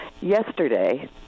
yesterday